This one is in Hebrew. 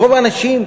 ורוב האנשים,